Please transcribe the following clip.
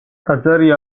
ტაძარი